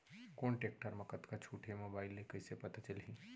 कोन टेकटर म कतका छूट हे, मोबाईल ले कइसे पता चलही?